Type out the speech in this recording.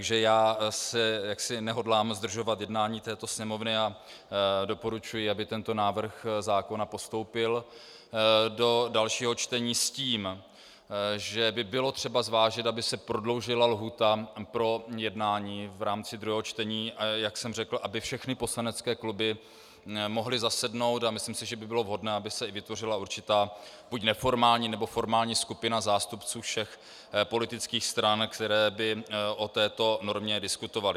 Takže já jaksi nehodlám zdržovat jednání této Sněmovny a doporučuji, aby tento návrh zákona postoupil do dalšího čtení, s tím, že by bylo třeba zvážit, aby se prodloužila lhůta pro jednání v rámci 2. čtení, jak jsem řekl, aby všechny poslanecké kluby mohly zasednout, a myslím si, že by bylo vhodné, aby se i vytvořila určitá buď neformální, nebo formální skupina zástupců všech politických stran, která by o této normě diskutovala.